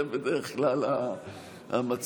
זה בדרך כלל המצב.